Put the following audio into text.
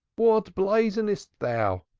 what blazonest thou?